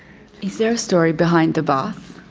is there a story behind the bath?